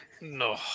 No